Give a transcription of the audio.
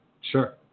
Sure